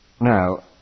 Now